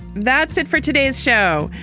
that's it for today's show.